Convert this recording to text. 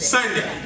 Sunday